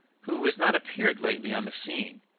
who has not appeared lately on the scene,